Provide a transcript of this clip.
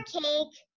cake